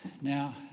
Now